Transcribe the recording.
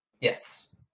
Yes